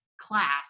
class